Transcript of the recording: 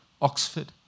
Oxford